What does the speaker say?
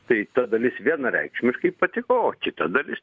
tai ta dalis vienareikšmiškai patiko o kita dalis